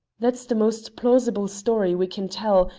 that's the most plausible story we can tell,